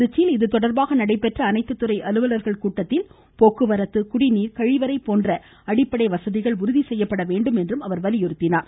திருச்சியில் இதுதொடர்பாக நடைபெற்ற அனைத்து துறை அலுவலர்கள் கூட்டத்தில் போக்குவரத்து குடிநீர் கழிவறை போன்ற அடிப்படை வசதிகள் உறுதி செய்யப்பட வேண்டும் என்று வலியுறுத்தினார்